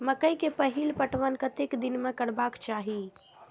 मकेय के पहिल पटवन कतेक दिन में करबाक चाही?